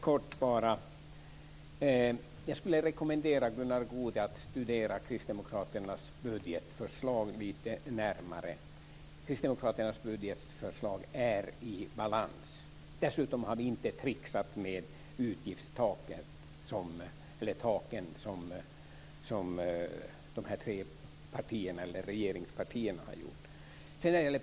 Fru talman! Jag skulle vilja rekommendera Gunnar Goude att studera Kristdemokraternas budgetförslag lite närmare. Kristdemokraternas budgetförslag är i balans. Dessutom har vi inte tricksat med utgiftstaken som de tre regeringspartierna har gjort.